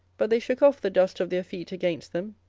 but they shook off the dust of their feet against them,